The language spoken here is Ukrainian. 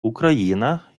україна